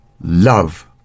Love